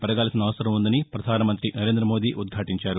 పెరగాల్సిన అవసరం ఉందని పధానమంతి నరేంద్రమోదీ ఉద్భాటించారు